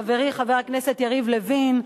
חברי חבר הכנסת יריב לוין,